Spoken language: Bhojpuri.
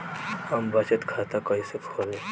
हम बचत खाता कइसे खोलीं?